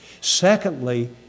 Secondly